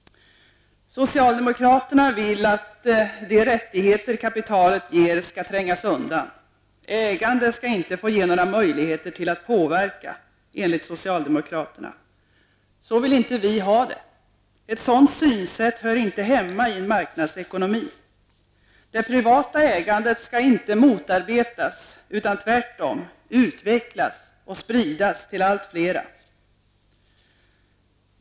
Socialdemokraterna vill att de rättigheter kapitalet ger skall trängas undan. Ägande skall inte få ge några möjligheter att påverka, enligt socialdemokraterna. Så vill inte vi ha det. Ett sådant synsätt hör inte hemma i en marknadsekonomi. Det privata ägandet skall inte motarbetas utan tvärtom utvecklas och spridas till allt flera.